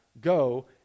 go